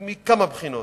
מכמה בחינות.